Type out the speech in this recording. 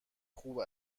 خوب